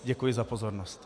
Děkuji za pozornost.